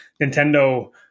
Nintendo